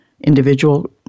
individual